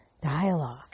dialogue